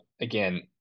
again